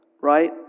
right